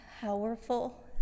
powerful